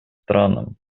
странам